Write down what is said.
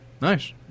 Nice